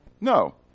No